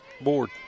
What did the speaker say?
board